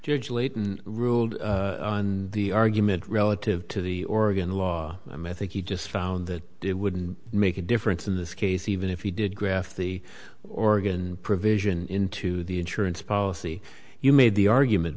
judge layton ruled on the argument relative to the oregon law i mean i think he just found that it wouldn't make a difference in this case even if he did graft the organ provision into the insurance policy you made the argument